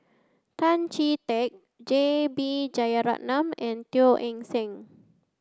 Tan Chee Teck J B Jeyaretnam and Teo Eng Seng